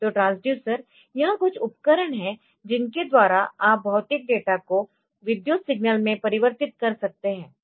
तो ट्रांसड्यूसर यह कुछ उपकरण है जिनके द्वारा आप भौतिक डेटा को विद्युत सिग्नल में परिवर्तित कर सकते है